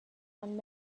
and